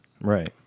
right